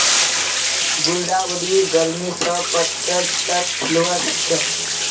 गुलदाउदी गर्मी स पतझड़ तक खिलवा सखछे